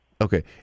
Okay